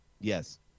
Yes